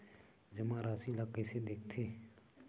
जमा राशि ला कइसे देखथे?